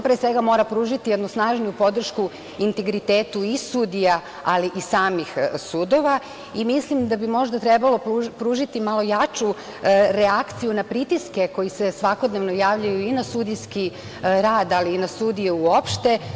Pre svega, on mora pružiti jednu snažnu podršku integritetu i sudija ali i samih sudova i mislim da bi možda trebalo pružiti malo jaču reakciju na pritiske koji se svakodnevno javljaju i na sudijski rad ali i na sudije uopšte.